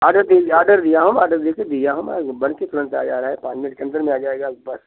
order order दिया हूँ order लेके दिया हूँ मैं बन के तुरंत आ जा रहा है पाँच मिनट के अंदर में आ जाएगा आपके पास